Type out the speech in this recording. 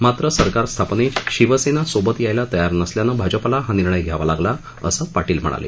मात्र सरकारस्थापनेत शिवसेना सोबत यायला तयार नसल्यानं भाजपाला हा निर्णय घ्यावा लागला असं पाटील म्हणाले